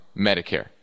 Medicare